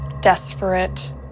desperate